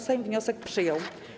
Sejm wniosek przyjął.